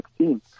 2016